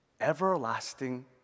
Everlasting